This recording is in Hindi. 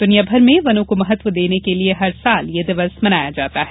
दुनियाभर में वनों को महत्व देने के लिए हर साल ये दिवस मनाया जाता है